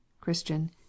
Christian